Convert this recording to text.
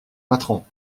patron